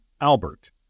Albert